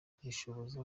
gushishoza